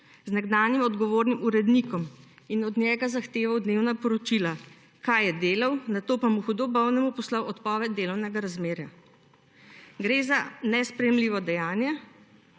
z nekdanjim odgovorim urednikom in od njega zahteval dnevna poročila, kaj je delal, nato pa mu hudo bolnemu poslal odpoved delovnega razmerja. Gre za nesprejemljivo dejanje,